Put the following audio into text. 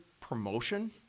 promotion